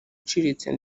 iciriritse